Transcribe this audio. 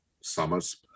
summers